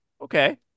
Okay